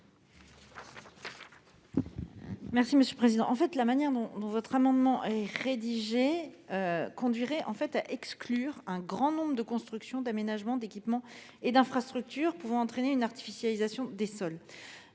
du Gouvernement ? L'adoption de cet amendement ainsi rédigé conduirait à exclure un grand nombre de constructions, d'aménagements, d'équipements et d'infrastructures pouvant entraîner une artificialisation des sols.